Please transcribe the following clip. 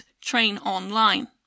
train-on-line